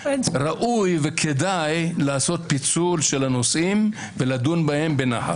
ראוי וכדאי לעשות פיצול של הנושאים ולדון בהם בנחת.